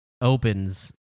opens